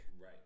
right